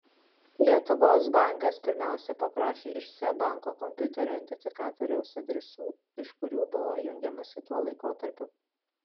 lietuvos bankas pirmiausia paprašė iš seb banko kompiuterio identifikatoriaus adresų iš kurių buvo jungiamasi tuo laikotarpiu